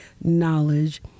knowledge